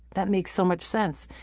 that makes so much sense.